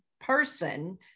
person